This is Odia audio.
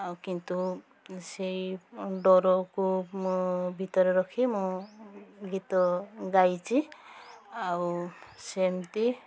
ଆଉ କିନ୍ତୁ ସେଇ ଡରକୁ ମୁଁ ଭିତରେ ରଖି ମୁଁ ଗୀତ ଗାଇଛି ଆଉ ସେମିତି